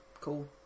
Cool